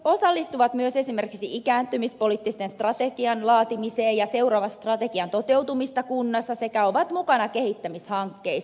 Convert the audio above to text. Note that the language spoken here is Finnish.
vanhusneuvostot osallistuvat myös esimerkiksi ikääntymispoliittisen strategian laatimiseen ja seuraavat strategian toteutumista kunnassa sekä ovat mukana kehittämishankkeissa